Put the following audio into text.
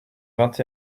vingt